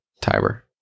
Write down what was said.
Tiber